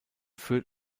führt